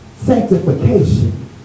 sanctification